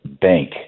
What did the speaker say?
bank